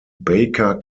baker